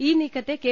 ഈ നീക്കത്തെ കെ